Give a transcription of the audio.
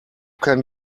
can